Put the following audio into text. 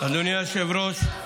אדוני היושב-ראש,